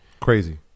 Crazy